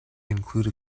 include